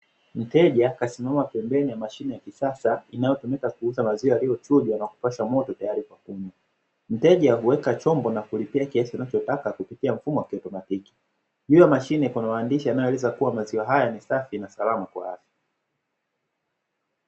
Mteja kasimama pembeni ya mashine ya kisasa inayotumika kuuza maziwa yaliyochujwa na kupashwa moto tayari kwa kunywa, mteja huweka chombo na kulipia kiasi anachotaka kupitia mfumo wa kiautomatiki juu ya mashine kuna maandishi yanayoeleza kuwa maziwa haya ni safi na salama kwa afya.